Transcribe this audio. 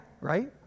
right